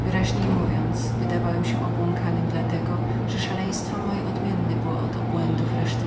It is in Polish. wyraźniej mówiąc wydawałem się obłąkanym dla tego że szaleństwo moje różnem było od obłędów reszty